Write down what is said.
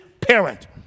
parent